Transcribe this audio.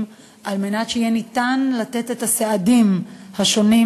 על מנת שיהיה ניתן לתת את הסעדים השונים,